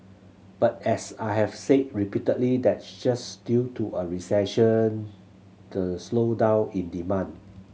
but as I have said repeatedly that's just due to a recession the slowdown in demand